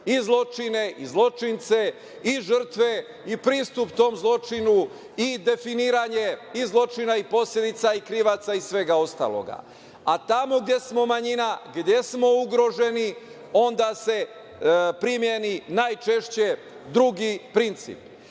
i zločine i zločince, i žrtve, i pristup tom zločinu, i definisanje i zločina, i posledica, i krivaca, i svega ostalog. A tamo gde smo manjina, gde smo ugroženi, onda se primeni najčešće drugi princip. Još